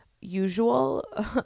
usual